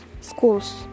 schools